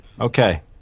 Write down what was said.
Okay